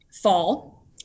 fall